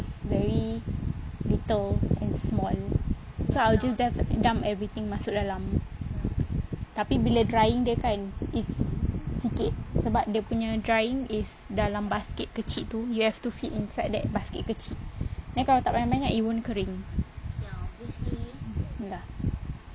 is very little and small so I will just dump everything masuk dalam tapi bila drying dia kan it's sikit sebab dia punya drying is dalam basket kecil tu you have to keep inside that basket kecil then kalau letak banyak-banyak it won't kering